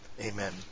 amen